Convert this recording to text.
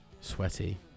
Sweaty